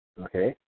okay